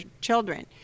children